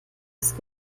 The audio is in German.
ist